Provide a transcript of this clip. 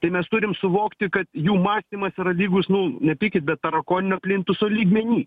tai mes turim suvokti kad jų mąstymas yra lygus nu nepykit bet tarakoninio plintuso lygmeny